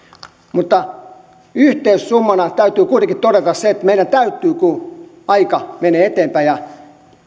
mutta yhteissummana täytyy kuitenkin todeta se että meidän täytyy kun aika menee eteenpäin ja